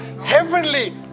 heavenly